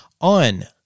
on